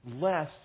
less